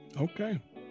okay